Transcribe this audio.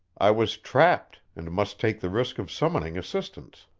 i was trapped, and must take the risk of summoning assistance.